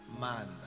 man